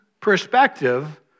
perspective